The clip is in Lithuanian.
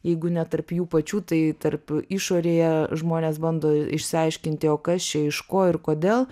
jeigu ne tarp jų pačių tai tarp išorėje žmonės bando išsiaiškinti o kas čia iš ko ir kodėl